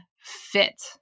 fit